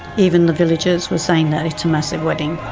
even the villagers were saying that it's a massive wedding.